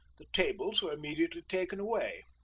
the tables were immediately taken away.